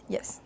Yes